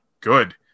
good